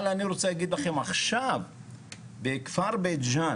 אבל אני רוצה להגיד לכם עכשיו בכפר בית ג'ן